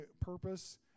purpose